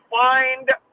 find